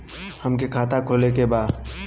हमके खाता खोले के बा?